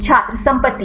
छात्र संपत्ति